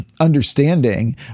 understanding